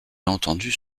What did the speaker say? entendus